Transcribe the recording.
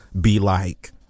be-like